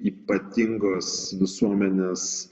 ypatingos visuomenės